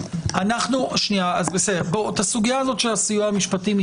את הסוגיה של הסיוע המשפטי,